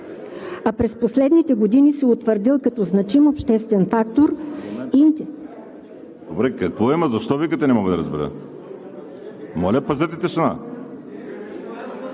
а през последните години се е утвърдил като значим обществен фактор…